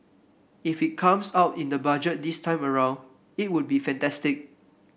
if it comes out in the Budget this time around it would be fantastic